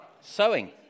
Sewing